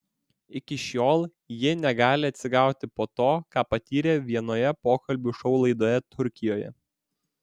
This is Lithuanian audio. iki šiol ji negali atsigauti po to ką patyrė vienoje pokalbių šou laidoje turkijoje